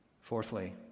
Fourthly